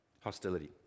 hostility